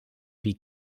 wie